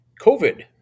COVID